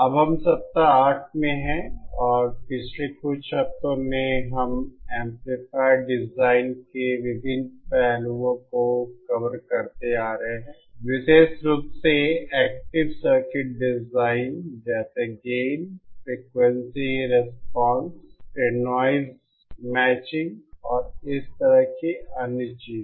अब हम सप्ताह आठ में हैं और पिछले कुछ हफ्तों में हम एम्पलीफायर डिज़ाइन के विभिन्न पहलुओं को कवर करते आ रहे हैं विशेष रूप से एक्टिव सर्किट डिज़ाइन जैसे गेन फ्रिकवेंसी रिस्पांस फिर नाइज मैचिंग और इस तरह की अन्य चीजें